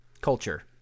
culture